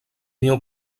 néo